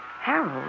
Harold